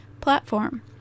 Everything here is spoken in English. platform